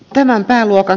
tämän pääluokan